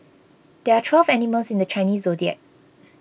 there are twelve animals in the Chinese zodiac